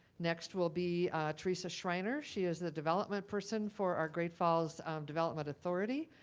next will be teresa schreiner. she is the development person for our great falls development authority.